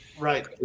Right